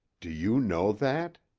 do you know that?